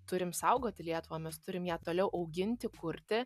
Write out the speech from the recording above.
turim saugoti lietuvą mes turim ją toliau auginti kurti